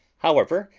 however,